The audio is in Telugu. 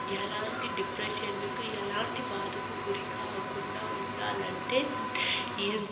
ఎలాంటి డిప్రెషన్కు ఎలాంటి బాధకు గురికౌకుండా ఉండాలంటే ఏ